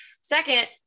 Second